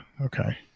Okay